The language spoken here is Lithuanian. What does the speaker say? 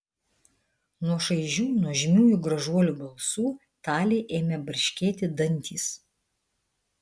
nuo šaižių nuožmiųjų gražuolių balsų talei ėmė barškėti dantys